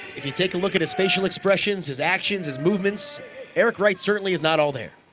if you take a look at his facial expressions, his actions, his movements eric right certainly is not all there